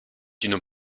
une